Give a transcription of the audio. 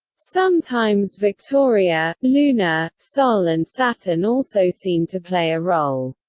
sometimes victoria, luna, sol and saturn also seem to play a role.